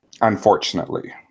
unfortunately